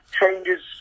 changes